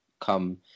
come